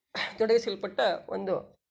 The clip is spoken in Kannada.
ತೊಡಗಿಸಲ್ಪಟ್ಟ ಒಂದು